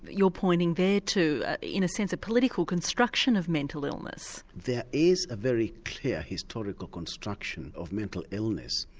you're pointing there to in a sense a political construction of mental illness? there is a very clear historical construction of mental illness.